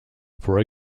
for